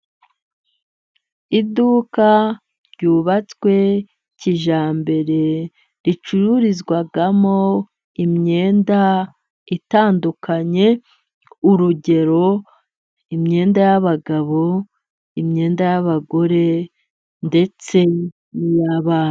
Iduka ryubatswe kijyambere, ricururizwamo imyenda itandukanye, urugero: imyenda y'abagabo, imyenda y'abagore, ndetse n'abandi.